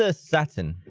ah satin